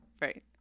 Right